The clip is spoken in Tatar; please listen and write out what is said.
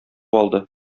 алды